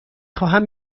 خواهم